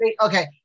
Okay